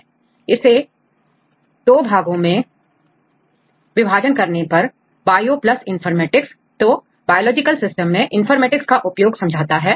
तुम इसे दो भाग में विभाजन करने पर बायो इनफॉर्मेटिक्स तो बायोलॉजिकल सिस्टम में इनफॉर्मेटिक्स का उपयोग समझाता है